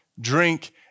drink